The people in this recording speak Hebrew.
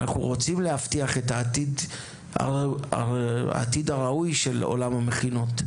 אנחנו רוצים להבטיח את העתיד הראוי של עולם המכינות,